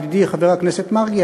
ידידי חבר הכנסת מרגי,